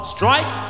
Strike